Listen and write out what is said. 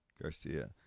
Garcia